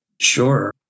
Sure